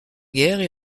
guerre